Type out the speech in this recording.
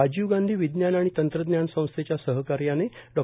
राजीव गांधी विज्ञान आणि तंत्रज्ञान संस्थेच्या सहकार्याने डॉ